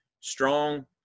strong